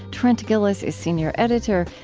trent gilliss is senior editor.